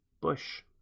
bush